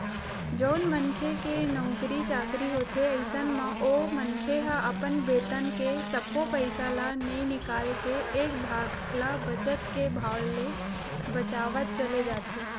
जउन मनखे के नउकरी चाकरी होथे अइसन म ओ मनखे ह अपन बेतन के सब्बो पइसा ल नइ निकाल के एक भाग ल बचत के भाव ले बचावत चले जाथे